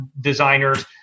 designers